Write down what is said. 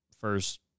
first